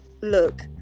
Look